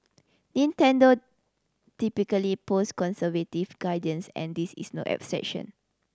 Nintendo typically post conservative guidance and this is no exception